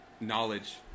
knowledge